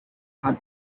had